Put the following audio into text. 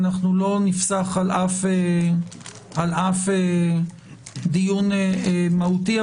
אנחנו לא נפסח על אף דיון מהותי,